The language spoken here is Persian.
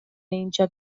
اینجا